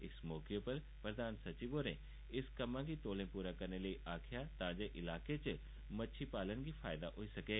इस मौके उप्पर प्रधान सचिव होरें इस कम्मै गी तौले पूरा करने लेई आखेआ तांजे इलाके च मच्छी पालन गी फायदा होई सकै